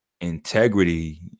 Integrity